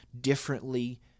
differently